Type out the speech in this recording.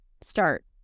start